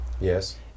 Yes